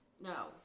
no